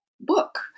book